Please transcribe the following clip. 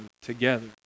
together